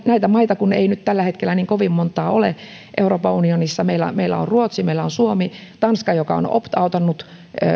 näitä maita ei nyt tällä hetkellä niin kovin montaa ole euroopan unionissa meillä on meillä on ruotsi meillä on suomi tanska joka on opt outannut